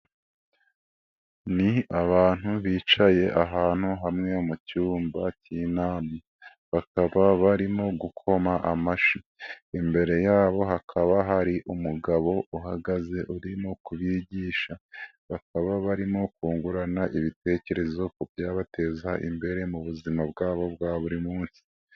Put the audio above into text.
Ni abantu bicaye ahantu hamwe mu cyumba cy'inama, bakaba barimo gukoma amashyi, imbere yabo hakaba hari umugabo uhagaze urimo kubigisha, bakaba barimo kungurana ibitekerezo ku byabateza imbere mu buzima bwabo bwa buri munsi.